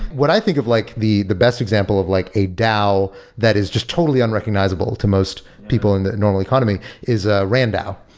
what i think of like the the best example of like a dao that is just totally unrecognizable to most people in the normal economy is ah randao.